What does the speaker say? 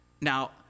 Now